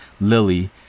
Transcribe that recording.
Lily